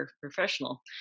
professional